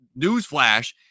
Newsflash